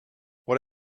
what